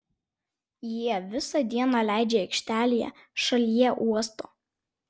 jie visą dieną leidžia aikštelėje šalie uosto